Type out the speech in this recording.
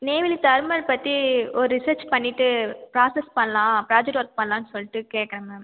Neyveli thermal பற்றி ஒரு research பண்ணிவிட்டு ப்ராசஸ் பண்ணலாம் ப்ராஜெக்ட் ஒர்க் பண்ணலான்னு சொல்லிட்டு கேட்குறேன் மேம்